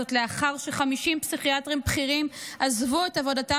זאת לאחר ש-50 פסיכיאטרים בכירים עזבו את עבודתם